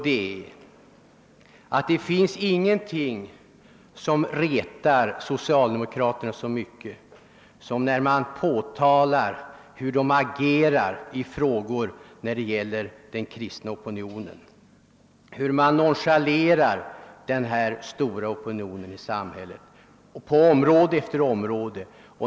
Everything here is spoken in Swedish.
Det finns ingenting som irriterar socialdemokrater mera än att påminna dom om deras agerande i frågor vad gäller den kristna opinionen. De har nonchalerat denna stora folkgrupps önskemål på område efter område.